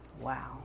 Wow